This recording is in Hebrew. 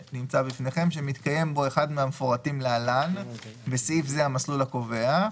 שמתקיים בו אחד מהמפורטים להלן (בסעיף זה המסלול הקובע):